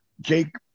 Jake